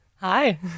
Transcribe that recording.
Hi